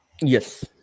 Yes